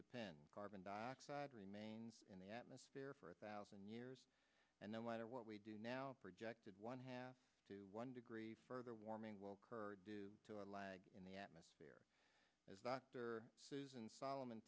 depend carbon dioxide remains in the atmosphere for a thousand years and no matter what we do now projected one half to one degree further warming will hurt due to a lag in the atmosphere as dr susan solomon